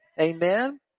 Amen